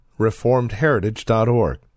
reformedheritage.org